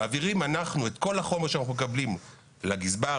אנחנו מעבירים את כל החומר שאנחנו מקבלים לגזבר,